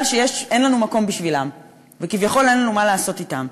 שאין לנו מקום בשבילם וכביכול אין לנו מה לעשות אתם.